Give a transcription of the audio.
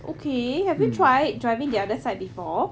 okay have you tried driving the other side before